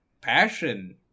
Passion